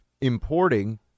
importing